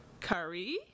Curry